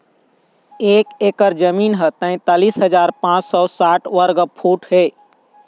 एक एकर जमीन ह तैंतालिस हजार पांच सौ साठ वर्ग फुट हे